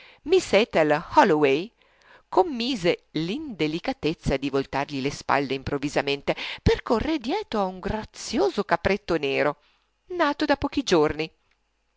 miss ethel holloway commise l'indelicatezza di voltargli le spalle improvvisamente per correr dietro a un grazioso capretto nero nato da pochi giorni